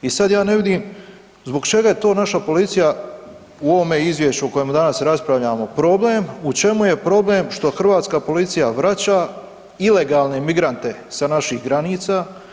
I sad ja ne vidim zbog čega je to naša policija u ovome izvješću o kojemu danas raspravljamo problem, u čemu je problem što hrvatska policija vraća ilegalne migrante sa naših granica.